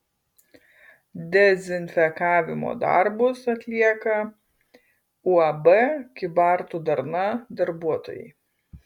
dezinfekavimo darbus atlieka uab kybartų darna darbuotojai